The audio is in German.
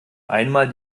einmal